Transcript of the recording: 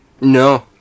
No